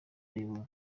ayobora